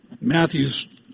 Matthew's